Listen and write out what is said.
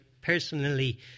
personally